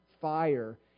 fire